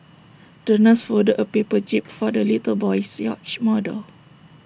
the nurse folded A paper jib for the little boy's yacht model